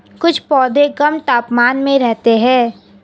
कुछ पौधे कम तापमान में रहते हैं